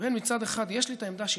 שמצד אחד יש לי את העמדה שלי,